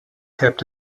kept